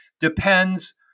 depends